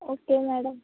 okay madam